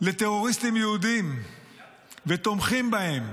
לטרוריסטים יהודים ותומכים בהם,